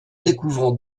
découvrant